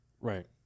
Right